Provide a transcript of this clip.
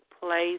place